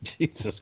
Jesus